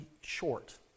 short